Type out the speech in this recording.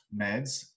meds